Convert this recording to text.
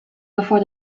before